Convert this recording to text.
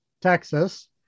texas